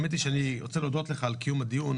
האמת היא שאני רוצה להודות לך על קיום הדיון,